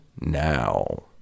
now